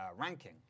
ranking